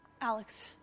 Alex